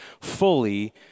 fully